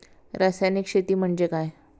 रासायनिक शेती म्हणजे काय?